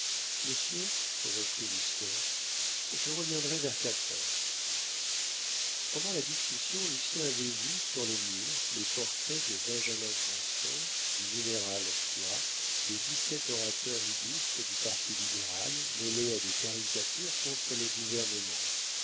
monsieur reprit lucien je reviendrai vers quatre heures pendant la discussion lucien avait vu sur les murs les portraits de benjamin constant du général foy des dix-sept orateurs illustres du parti libéral mêlés à des caricatures contre le gouvernement